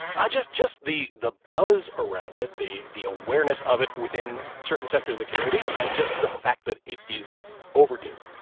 ah just just the the buzz around it, the the awareness of it within certain sectors of the community and just the fact that it is overdue.